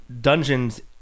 Dungeons